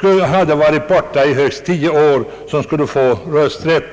de som varit borta i högst 10 år skulle få rösträtt.